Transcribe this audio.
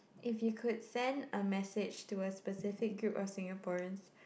if you could send a message to a specific group of Singaporeans